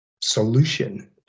solution